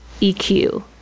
eq